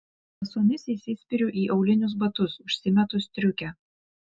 basomis įsispiriu į aulinius batus užsimetu striukę